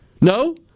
No